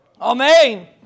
Amen